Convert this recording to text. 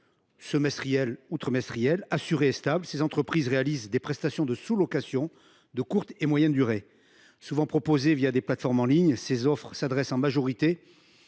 trimestriel ou semestriel, assuré et stable, ces entreprises réalisent des prestations de sous location de courte et moyenne durée. Souvent proposées des plateformes en ligne, ces offres s’adressent, en majorité,